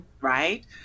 right